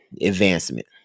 advancement